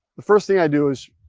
the first thing i do is,